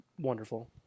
Wonderful